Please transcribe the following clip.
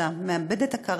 שמאבד את הכרתו.